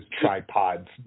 tripods